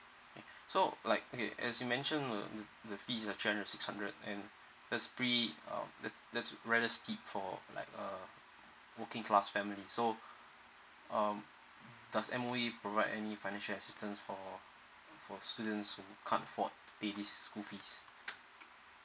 so like okay as you mentioned the feesare three hundred six hundred and that's pre um that's that's rather steep for like err working class family so um does M_O_E provide any financial assistance for for students who can't afford to pay this school fees